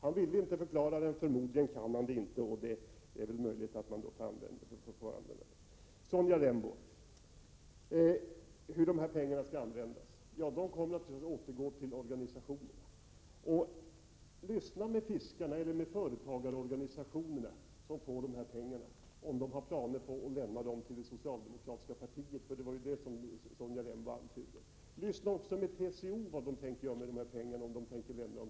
Han ville inte förklara den. Förmodligen kan han inte det. Det är möjligt att reservationen kommer att bli föremål för omröstning. Sonja Rembo undrar hur dessa pengar skall användas. Ja, de kommer naturligtvis att återgå till organisationerna. Hör efter hos yrkesfiskarna eller företagarorganisationerna, som får dessa pengar, om de har planer på att lämna dem till det socialdemokratiska partiet, vilket Sonja Rembo ju antydde. Fråga också TCO om man tänker lämna dessa pengar till socialdemokraterna.